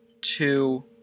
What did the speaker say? two